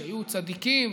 שהיו צדיקים,